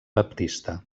baptista